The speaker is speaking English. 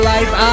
Life